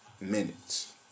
minutes